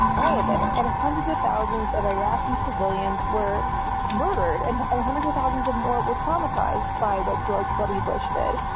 all of it, and hundreds of thousands of iraqi civilians were murdered and and hundreds of thousands of more were traumatized by what george w. bush did.